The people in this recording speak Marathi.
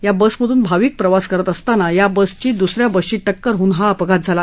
या बसमधून भाविक प्रवास करत होते या बसची दुसऱ्या बसशी टक्कर होऊन हा अपघात झाला